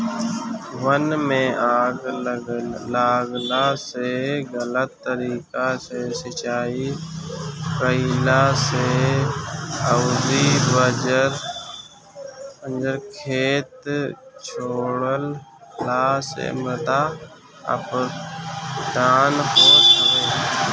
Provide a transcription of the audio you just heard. वन में आग लागला से, गलत तरीका से सिंचाई कईला से अउरी बंजर खेत छोड़ला से मृदा अपरदन होत हवे